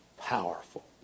powerful